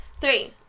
Three